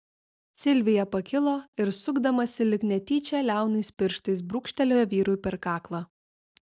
silvija pakilo ir sukdamasi lyg netyčia liaunais pirštais brūkštelėjo vyrui per kaklą